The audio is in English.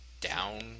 down